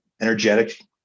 energetic